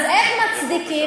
אז איך מצדיקים?